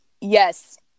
Yes